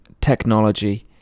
technology